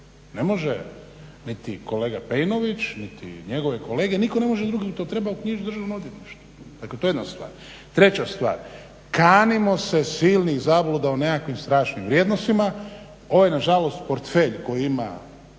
Ne može niti kolega Pejnović niti njegove kolege nitko ne može drugi to, treba uknjižiti Državno odvjetništvo. Dakle, to je jedna stvar. Treća stvar, kanimo se silnih zabluda o nekakvim strašnim vrijednostima. Ovaj nažalost portfelj koji ima,